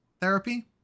therapy